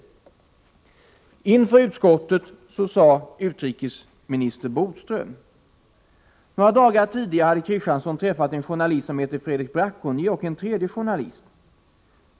Inför utskottet sade utrikesminister Bodström: ”Några dagar tidigare hade Christiansson träffat en journalist som heter Fredrik Braconnier och en tredje journalist.